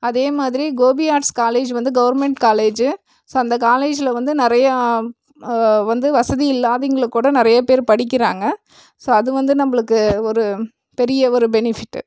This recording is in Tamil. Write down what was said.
அதே மாதிரி கோபி ஆர்ட்ஸ் காலேஜ் வந்து கவர்மெண்ட் காலேஜு ஸோ அந்த காலேஜ்ல வந்து நிறையா வந்து வசதி இல்லாதவங்களும் கூட நிறைய பேர் படிக்கிறாங்கள் ஸோ அது வந்து நம்மளுக்கு ஒரு பெரிய ஒரு பெனிஃபிட்டு